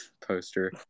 poster